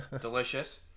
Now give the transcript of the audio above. delicious